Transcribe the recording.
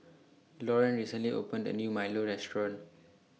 Lauren recently opened A New Milo Restaurant